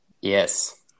yes